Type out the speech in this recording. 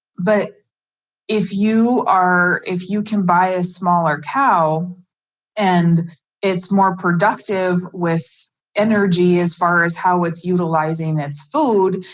but if you are, if you can buy a smaller cow and it's more productive with energy, as far as how it's utilizing it's food,